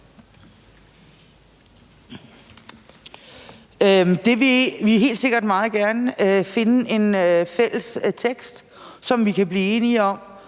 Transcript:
Vi vil helt sikkert gerne finde en fælles tekst, som vi kan blive enige om.